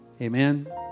Amen